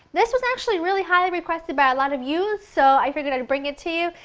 this was actually really highly requested by a lot of you so i figured i'd bring it to you.